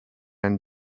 and